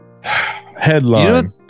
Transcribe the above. Headline